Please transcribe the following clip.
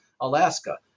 Alaska